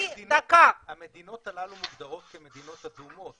המדינות הללו מוגדרות כמדינות אדומות